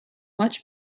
much